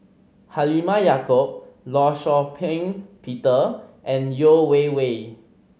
Halimah Yacob Law Shau Ping Peter and Yeo Wei Wei